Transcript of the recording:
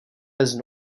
bez